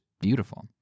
beautiful